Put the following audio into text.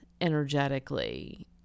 energetically